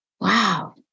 wow